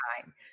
time